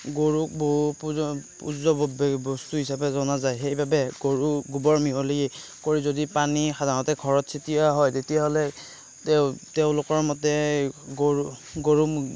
গৰুক পূজ্য বস্তু হিচাপে জনা যায় সেই বাবে গৰু গোবৰ মিহলি কৰি যদি পানী সাধাৰণতে ঘৰত ছটিওৱা হয় তেতিয়াহ'লে তেওঁ তেওঁলোকৰ মতে গৰু গৰু